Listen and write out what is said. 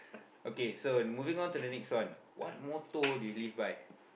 okay so moving on to the next one what motto do you live by